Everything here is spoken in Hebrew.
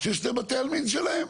שיש להם את בתי העלמין שלהם.